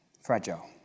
fragile